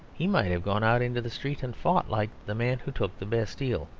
he might have gone out into the street and fought, like the man who took the bastille.